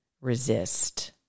resist